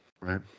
right